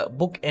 book